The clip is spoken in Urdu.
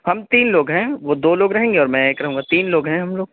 ہم تین لوگ ہیں وہ دو لوگ رہیں گے اور میں ایک رہوں گا تین لوگ ہیں ہم لوگ